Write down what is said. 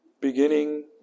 beginning